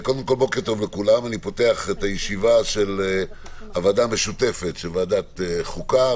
אני פותח את הישיבה של הוועדה המשותפת של ועדת החוקה,